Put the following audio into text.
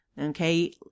Okay